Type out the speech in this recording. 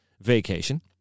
vacation